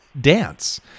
dance